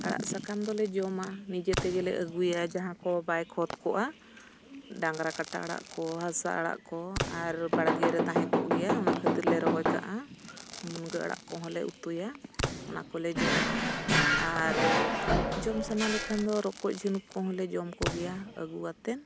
ᱟᱲᱟᱜ ᱥᱟᱠᱟᱢ ᱫᱚᱞᱮ ᱡᱚᱢᱟ ᱱᱤᱡᱮ ᱛᱮᱜᱮᱞᱮ ᱟᱹᱜᱩᱭᱟ ᱡᱟᱦᱟᱸ ᱠᱚ ᱵᱟᱭ ᱠᱷᱚᱛ ᱠᱚᱜᱼᱟ ᱰᱟᱝᱨᱟ ᱠᱟᱴᱟ ᱟᱲᱟᱜ ᱠᱚ ᱦᱟᱥᱟ ᱟᱲᱟᱜ ᱠᱚ ᱟᱨ ᱵᱟᱲᱜᱮ ᱨᱮ ᱛᱟᱦᱮᱸ ᱠᱚᱜ ᱜᱮᱭᱟ ᱚᱱᱟ ᱠᱷᱟᱹᱛᱤᱨ ᱞᱮ ᱨᱚᱦᱚᱭ ᱠᱟᱜᱼᱟ ᱢᱩᱱᱜᱟᱹ ᱟᱲᱟᱜ ᱠᱚᱦᱚᱸ ᱞᱮ ᱩᱛᱩᱭᱟ ᱚᱱᱟ ᱠᱚᱞᱮ ᱡᱚᱢᱟ ᱟᱨ ᱡᱚᱢ ᱥᱟᱱᱟ ᱞᱮᱠᱷᱟᱱ ᱫᱚ ᱨᱚᱠᱚᱡ ᱡᱷᱤᱱᱩᱠ ᱠᱚᱦᱚᱸ ᱞᱮ ᱡᱚᱢ ᱠᱚᱜᱮᱭᱟ ᱟᱹᱜᱩ ᱠᱟᱛᱮᱫ